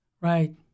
Right